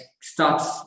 starts